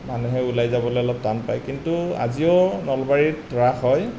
মানুহে উলাই যাবলৈ অলপ টান পায় কিন্তু আজিও নলবাৰীত ৰাস হয়